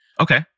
Okay